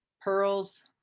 pearls